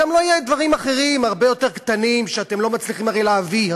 גם לא יהיו דברים אחרים הרבה יותר קטנים שאתם לא מצליחים הרי להעביר,